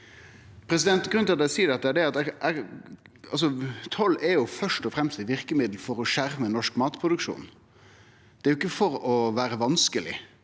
omlegging.» Grunnen til at eg seier dette, er at toll først og fremst er eit verkemiddel for å skjerme norsk matproduksjon. Det er ikkje for å vere vanskeleg,